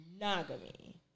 monogamy